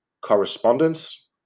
correspondence